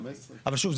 15. אבל שוב,